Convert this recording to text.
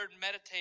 meditate